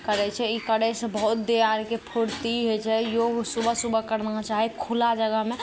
करै छै ई करैसँ बहुत देह आरके फुर्ती होइ छै योग सुबह सुबह करना चाही खुला जगहमे